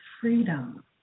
freedom